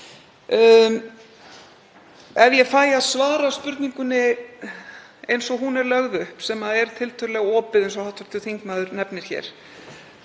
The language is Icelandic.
Ef ég fæ að svara spurningunni eins og hún er lögð upp, sem er tiltölulega opið eins og hv. þingmaður nefnir hér,